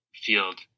field